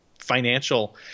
financial